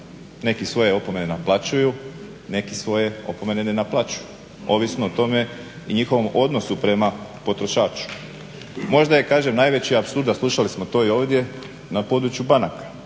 neki svoje opomene naplaćuju, neki svoje opomene ne naplaćuju, ovisno o tome i njihovom odnosu prema potrošaču. Možda je kažem najveći apsurd, a slušali smo to i ovdje, na području banaka